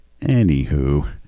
Anywho